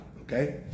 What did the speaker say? okay